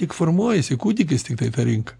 tik formuojasi kūdikis tiktai ta rinka